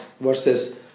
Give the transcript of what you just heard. versus